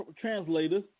translator